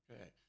Okay